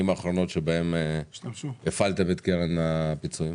האחרונות שבהם הפעלתם את קרן הפיצויים.